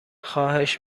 خواهش